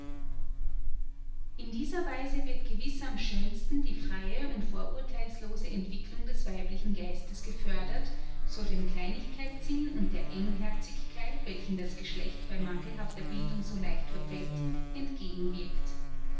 in dieser weise wird gewiß am schönsten die freie und vorurtheilslose entwicklung des weiblichen geistes gefördert so dem kleinigkeitssinn und der engherzigkeit welchen das geschlecht bei mangelhafter bildung so leicht verfällt entgegengewirkt